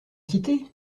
quitter